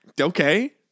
Okay